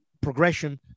progression